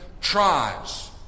tribes